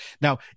Now